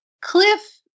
Cliff